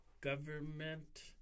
Government